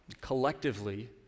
Collectively